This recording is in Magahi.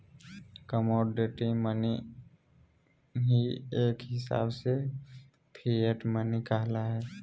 कमोडटी मनी ही एक हिसाब से फिएट मनी कहला हय